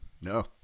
No